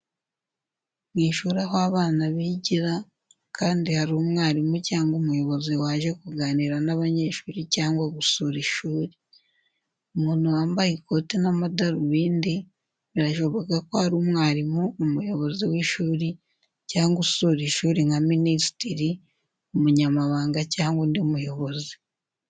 Mu ishuri aho abana bigira, kandi hari umwarimu cyangwa umuyobozi waje kuganira n'abanyeshuri cyangwa gusura ishuri. Umuntu wambaye ikote n’amadarubindi, birashoboka ko ari umwarimu, umuyobozi w’ishuri, cyangwa usura ishuri nka minisitiri, umunyamabanga, cyangwa undi muyobozi.